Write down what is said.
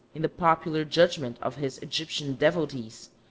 in the popular judgment of his egyptian devotees,